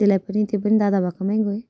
त्यसलाई पनि त्यो पनि दादा भएकोमै गएँ